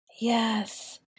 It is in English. Yes